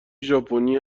ژاپنی